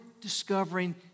discovering